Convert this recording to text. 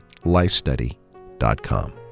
lifestudy.com